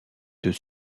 deux